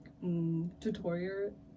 Tutorial